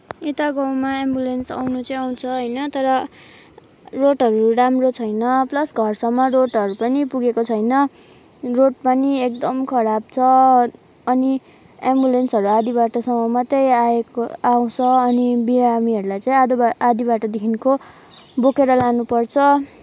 यता गाउँमा एम्बुलेन्स आउनु चाहिँ आउँछ होइन तर रोडहरू राम्रो छैन प्लस घरसम्म रोडहरू पनि पुगेको छैन रोड पनि एकदम खराब छ अनि एम्बुलेन्सहरू आधा बाटोसम्म मात्रै आएको आउँछ अनि बिरामीहरूलाई चाहिँ आधा आधा बाटोदेखिको बोकेर लानुपर्छ